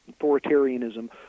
authoritarianism